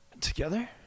Together